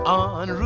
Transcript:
on